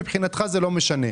מבחינתך זה לא משנה.